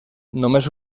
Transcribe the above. només